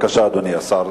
אדוני השר,